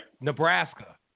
Nebraska